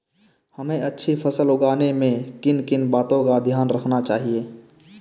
हमें अच्छी फसल उगाने में किन किन बातों का ध्यान रखना चाहिए?